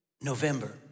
November